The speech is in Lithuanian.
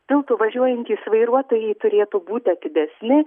tiltu važiuojantys vairuotojai turėtų būti atidesni